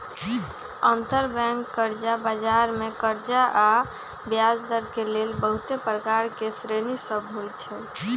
अंतरबैंक कर्जा बजार मे कर्जा आऽ ब्याजदर के लेल बहुते प्रकार के श्रेणि सभ होइ छइ